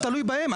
זה תלוי בהם,